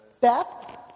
Beth